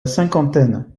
cinquantaine